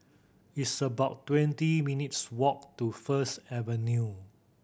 it's about twenty minutes' walk to First Avenue